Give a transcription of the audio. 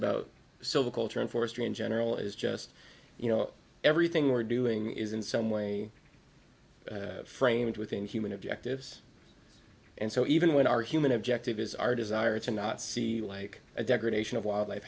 so culture in forestry in general is just you know everything we're doing is in some way framed within human objectives and so even when our human objective is our desire to not see like a degradation of wildlife